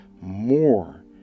more